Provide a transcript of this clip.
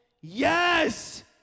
yes